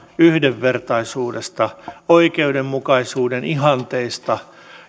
yhdenvertaisuudesta oikeudenmukaisuuden ihanteista